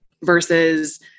versus